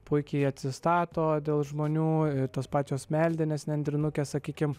puikiai atsistato dėl žmonių tos pačios meldinės nendrinukės sakykim